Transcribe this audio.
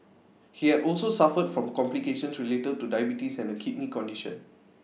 he had also suffered from complications related to diabetes and A kidney condition